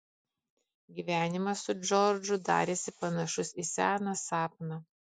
gyvenimas su džordžu darėsi panašus į seną sapną